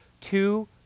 two